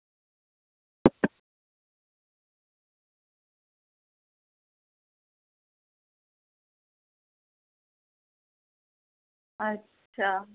अच्छा